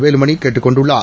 வேலுமணி கேட்டுக் கொண்டார்